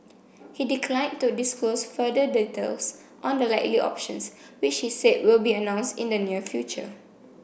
he declined to disclose further details on the likely options which he said will be announced in the near future